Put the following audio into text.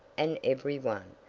and every one,